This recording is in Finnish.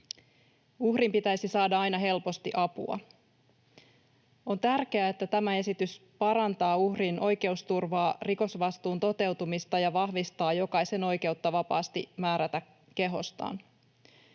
Uhrin pitäisi saada aina helposti apua. On tärkeää, että tämä esitys parantaa uhrin oikeusturvaa, rikosvastuun toteutumista ja vahvistaa jokaisen oikeutta vapaasti määrätä kehostaan.